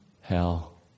hell